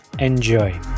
Enjoy